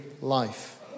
life